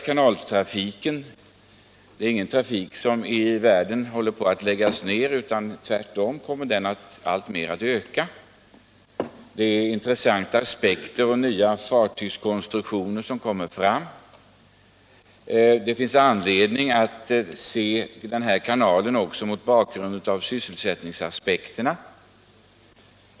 Kanaltrafiken ute i världen håller inte på att läggas ner, utan den kommer tvärtom att öka. Nya fartygskonstruktioner kommer fram. Det finns anledning att se den här kanalen också mot bakgrund av sysselsättningsaspekterna.